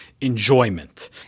enjoyment